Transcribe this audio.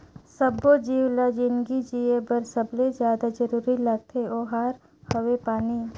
सब्बो जीव ल जिनगी जिए बर सबले जादा जरूरी लागथे ओहार हवे पानी